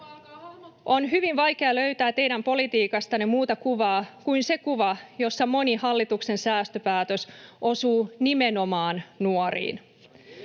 On hyvin vaikea löytää teidän politiikastanne muuta kuvaa kuin sen kuvan, jossa moni hallituksen säästöpäätös osuu nimenomaan nuoriin.